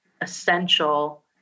essential